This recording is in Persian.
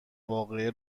واقعه